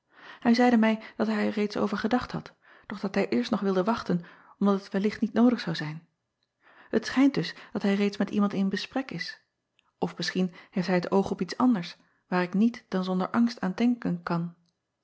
ij zeide mij dat hij er reeds over gedacht had doch dat hij eerst nog wilde wachten omdat het wellicht niet noodig zou zijn et schijnt dus dat hij reeds met iemand in besprek is of misschien heeft hij het oog op iets anders waar ik niet dan zonder angst aan denken kan